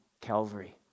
Calvary